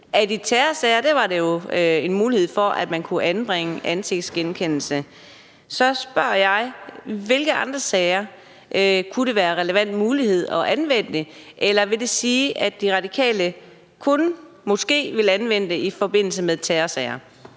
at i terrorsager var der en mulighed for, at man kunne anvende ansigtsgenkendelse. Så spørger jeg: I hvilke andre sager kunne det være en relevant mulighed at anvende det? Eller vil det sige, at De Radikale kun – måske – vil anvende det i forbindelse med terrorsager?